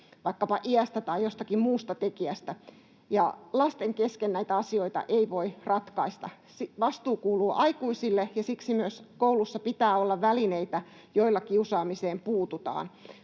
vaikkapa iästä tai jostakin muusta tekijästä, ja lasten kesken näitä asioita ei voi ratkaista. Vastuu kuuluu aikuisille, ja siksi myös koulussa pitää olla välineitä, joilla kiusaamiseen puututaan.